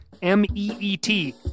M-E-E-T